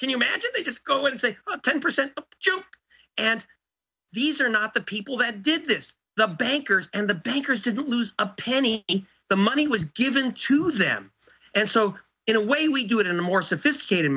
can you imagine they just go and say ten percent you and these are not the people that did this the bankers and the bankers didn't lose a penny and the money was given to them and so in a way we do it in a more sophisticated